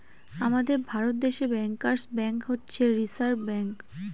আমাদের ভারত দেশে bankers bank হচ্ছে রিসার্ভ ব্যাঙ্ক